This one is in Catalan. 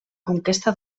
conquesta